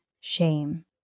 shame